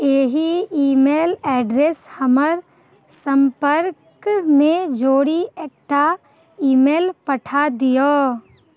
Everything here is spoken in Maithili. एहि ईमेल एड्रेस हमर सम्पर्कमे जोड़ि एक टा ईमेल पठा दिऔ